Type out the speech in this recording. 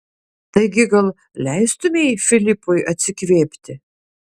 taigi gal leistumei filipui atsikvėpti